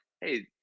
hey